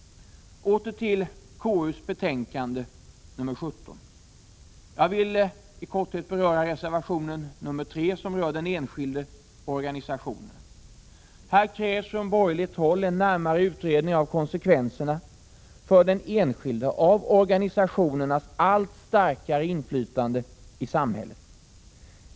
Åter till KU:s betänkande nr 17. Jag vill i korthet beröra reservation nr 3, som gäller den enskilde och organisationerna. Här krävs från borgerligt håll en närmare utredning av konsekvenserna för den enskilde av organisationernas allt starkare inflytande i samhället.